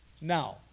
Now